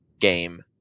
game